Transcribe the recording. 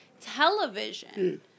television